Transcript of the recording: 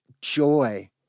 joy